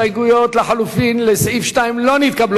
ההסתייגות לחלופין של קבוצת סיעת חד"ש לסעיף 2 לא נתקבלה.